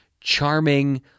charming